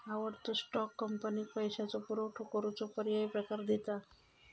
आवडतो स्टॉक, कंपनीक पैशाचो पुरवठो करूचो पर्यायी प्रकार दिता